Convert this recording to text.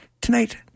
tonight